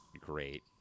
great